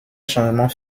changements